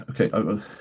okay